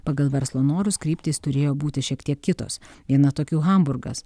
pagal verslo norus kryptys turėjo būti šiek tiek kitos viena tokių hamburgas